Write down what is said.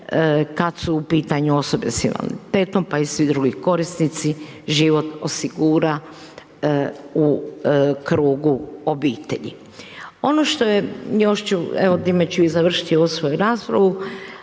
kad su u pitanju osobe sa invaliditetom pa i svi drugi korisnici, život osigura u krugu obitelji. Opno što je, još ću evo time ću i završiti ovu svoju raspravu,